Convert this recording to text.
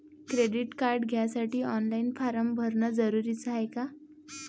Credit card घ्यासाठी online form भरन जरुरीच हाय का?